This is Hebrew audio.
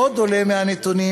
עוד עולה מהנתונים,